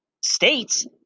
states